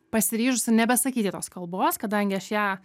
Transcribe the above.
pasiryžusi nebesakyti tos kalbos kadangi aš ją